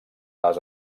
les